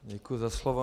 Děkuji za slovo.